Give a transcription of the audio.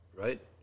Right